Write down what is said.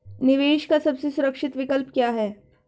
निवेश का सबसे सुरक्षित विकल्प क्या है?